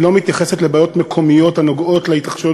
היא לא מתייחסת לבעיות מקומיות הנוגעות להתרחשויות